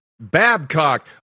Babcock